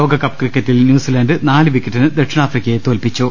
ലോകകപ്പ് ക്രിക്കറ്റിൽ ന്യൂസിലന്റ് നാല് വിക്കറ്റിന് ദക്ഷിണാഫ്രി ക്കയെ തോൽപ്പിച്ചു